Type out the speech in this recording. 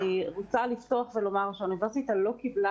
אני רוצה לפתוח ולומר שהאוניברסיטה לא קיבלה